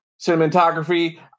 Cinematography